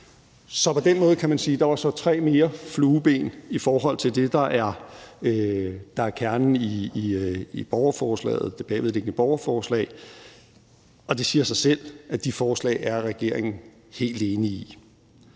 Så på den måde kan man sige, at der så var tre flueben mere i forhold til det, der er kernen i det bagvedliggende borgerforslag. Det siger sig selv, at de forslag er regeringen helt enige i.